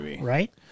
right